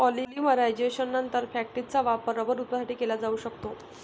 पॉलिमरायझेशननंतर, फॅक्टिसचा वापर रबर उत्पादनासाठी केला जाऊ शकतो